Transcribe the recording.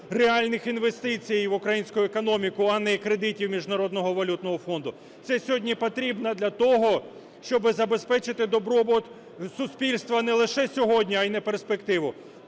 реальних інвестицій в українську економіку, а не кредитів Міжнародного валютного фонду. Це сьогодні потрібно для того, щоби забезпечити добробут суспільства не лише сьогодні, а й на перспективу.